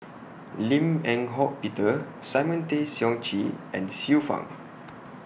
Lim Eng Hock Peter Simon Tay Seong Chee and Xiu Fang